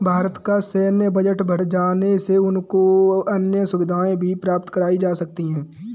भारत का सैन्य बजट बढ़ जाने से उनको अन्य सुविधाएं भी प्राप्त कराई जा सकती हैं